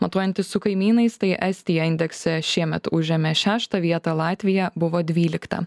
matuojantis su kaimynais tai estija indekse šiemet užėmė šeštą vietą latvija buvo dvylikta